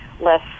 less